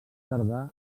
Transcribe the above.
tardar